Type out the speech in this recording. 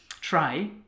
try